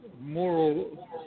moral